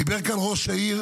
גדעון,